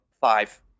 five